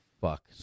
fuck